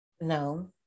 No